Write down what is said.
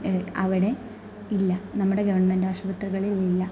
അവിടെ ഇല്ല നമ്മുടെ ഗവണ്മെന്റ് ആശുപത്രികളിലില്ല